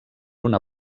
una